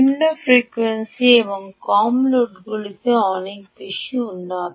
নিম্ন ফ্রিকোয়েন্সি এবং কম লোডগুলিতে অনেক বেশি উন্নত